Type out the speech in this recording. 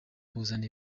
kuzana